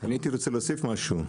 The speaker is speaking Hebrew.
אני הייתי רוצה להוסיף משהו.